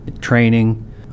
training